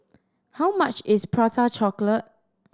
how much is Prata Chocolate